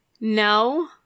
No